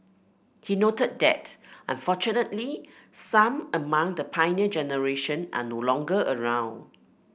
he noted that unfortunately some among the Pioneer Generation are no longer around